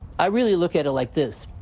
i really look at it like this,